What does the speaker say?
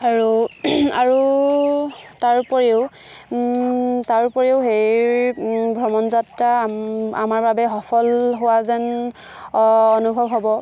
আৰু তাৰোপৰিও তাৰোপৰিও সেই ভ্ৰমণ যাত্ৰা আমাৰ বাবে সফল হোৱা যেন অনুভৱ হ'ব